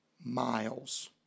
miles